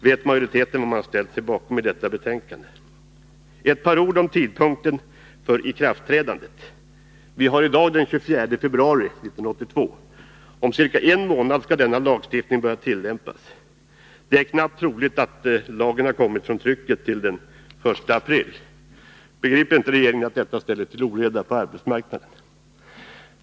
Vet majoriteten vad den har ställt sig bakom i detta betänkande? Några ord om tidpunkten för ikraftträdandet. Vi har i dag den 24 februari 1982. Om ca en månad skall denna lagstiftning börja tillämpas. Det är knappast troligt att lagen har kommit från tryckeriet till den 1 april. Begriper inte regeringen att detta ställer till oreda på arbetsmarknaden?